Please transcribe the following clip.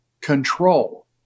control